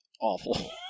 awful